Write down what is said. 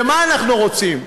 ומה אנחנו רוצים?